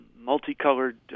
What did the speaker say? multicolored